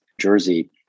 Jersey